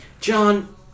John